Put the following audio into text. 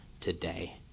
today